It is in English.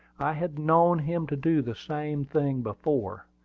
i had known him to do the same thing before.